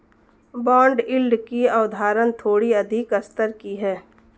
bond yield की अवधारणा थोड़ी अधिक स्तर की है